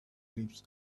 glimpse